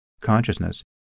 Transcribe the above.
consciousness